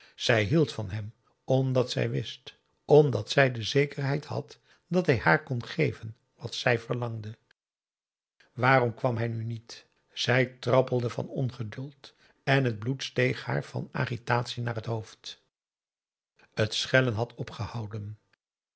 zij hield van hem omdat zij wist omdat zij de zekerheid had dat hij haar kon geven wat zij verlangde waarom kwam hij nu niet zij trappelde van onp a daum hoe hij raad van indië werd onder ps maurits geduld en het bloed steeg haar van agitatie naar het hoofd het schellen had opgehouden